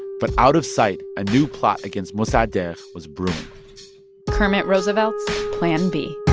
but out of sight, a new plot against mossadegh was brewing kermit roosevelt's plan b